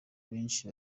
benshi